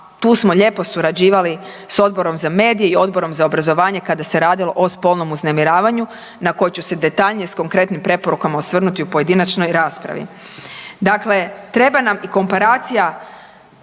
tu smo lijepo surađivali s Odborom za medije i Odborom za obrazovanje kada se radilo o spolnom uznemiravanju na koje ću se detaljnije s konkretnim preporukama osvrnuti u pojedinačnoj raspravi. Dakle, treba nam i komparacije